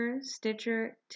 Stitcher